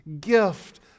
gift